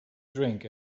drink